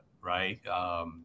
right